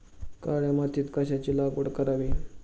काळ्या मातीत कशाची लागवड करावी?